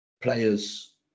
players